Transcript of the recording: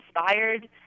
inspired